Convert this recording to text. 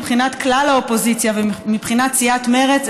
מבחינת כלל האופוזיציה ומבחינת סיעת מרצ,